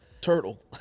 Turtle